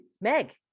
Meg